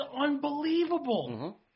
unbelievable